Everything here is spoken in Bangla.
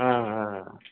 হ্যাঁ হ্যাঁ